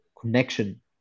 connection